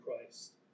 Christ